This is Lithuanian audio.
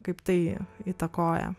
kaip tai įtakoja